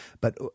But-